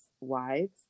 wives